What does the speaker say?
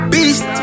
Beast